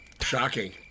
Shocking